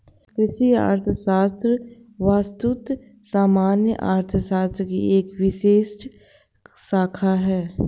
कृषि अर्थशास्त्र वस्तुतः सामान्य अर्थशास्त्र की एक विशिष्ट शाखा है